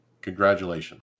Congratulations